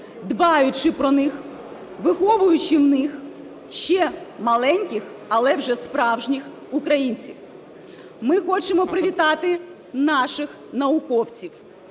дбаючи про них, виховуючи в них ще маленьких, але вже справжніх українців. Ми хочемо привітати наших науковців,